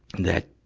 that,